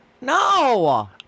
No